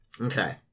Okay